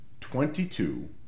twenty-two